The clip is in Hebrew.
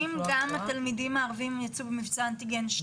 האם גם התלמידים הערביים יצאו במבצע אנטיגן 2?